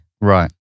Right